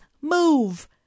move